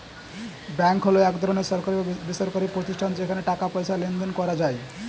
bank হলো এক ধরনের সরকারি বা বেসরকারি প্রতিষ্ঠান যেখানে টাকা পয়সার লেনদেন করা যায়